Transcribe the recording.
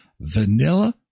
Vanilla